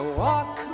walk